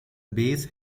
base